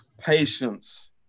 Patience